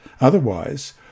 Otherwise